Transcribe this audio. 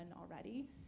already